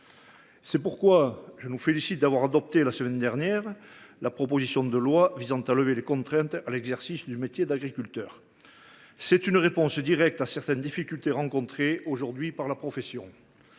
C’est pourquoi je nous félicite d’avoir adopté la semaine dernière la proposition de loi visant à lever les contraintes à l’exercice du métier d’agriculteur. C’est une réponse directe à certaines difficultés rencontrées par la profession.